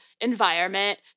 environment